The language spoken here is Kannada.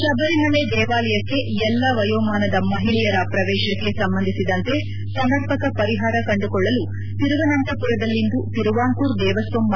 ಶಬರಿಮಲೆ ದೇವಾಲಯಕ್ಕೆ ಎಲ್ಲಾ ವಯೋಮಾನದ ಮಹಿಳೆಯರ ಪ್ರವೇಶಕ್ಕೆ ಸಂಬಂಧಿಸಿದಂತೆ ಸಮರ್ಪಕ ಪರಿಹಾರ ಕಂಡುಕೊಳ್ಳಲು ತಿರುವನಂತಪುರದಲ್ಲಿಂದು ತಿರುವಾಂಕುರ್ ದೇವಸ್ತಂ ಮಂಡಳಿ ಸಭೆ